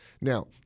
Now